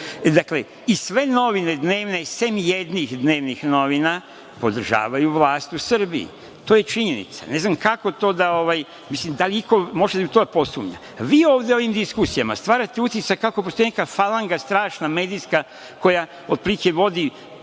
dakle, i sve dnevne novine, sem jednih dnevnih novina, podržavaju vlast u Srbiji. To je činjenica. Ne znam kako, mislim, da li iko može u to da posumnja. Vi ovde ovim diskusijama stvarate utisak kako postoji neka falanga, strašna, medijska koja otprilike vodi